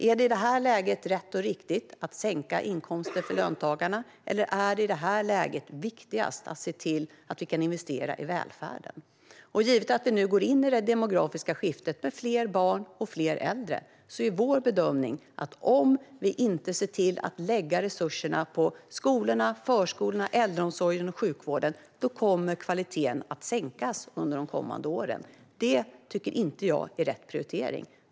Är det i ett visst läge rätt och riktigt att sänka skatterna för löntagarna? Eller det i det läget bäst att se till att man kan investera i välfärden? Givet att vi nu går in i ett demografiskt skifte med fler barn och fler äldre har vi gjort bedömningen att om vi inte ser till att lägga resurserna på skolor, förskolor, äldreomsorg och sjukvård kommer kvaliteten att sänkas under de kommande åren. Det tycker jag inte är rätt prioritering.